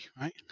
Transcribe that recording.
right